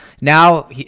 Now